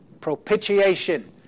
Propitiation